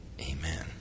amen